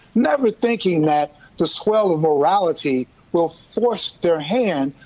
never thinking that the swell of morality will force their hand.